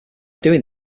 doing